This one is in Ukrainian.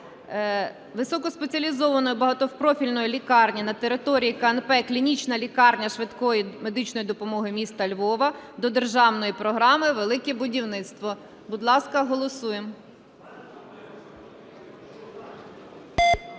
високоспеціалізованої багатопрофільної лікарні на території КНП "Клінічна лікарня швидкої медичної допомоги міста Львова" до державної програми "Велике будівництво". Будь ласка, голосуємо.